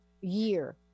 year